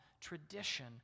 tradition